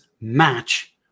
match